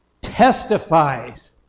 testifies